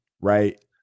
Right